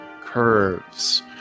curves